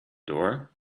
door